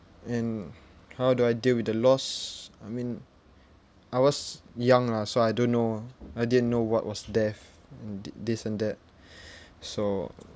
and how do I deal with the loss I mean I was young lah so I don't know I didn't know what was death th~ this and that so